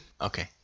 Okay